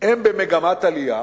הם במגמת עלייה,